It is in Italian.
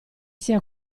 sia